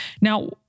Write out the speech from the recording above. Now